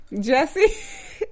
Jesse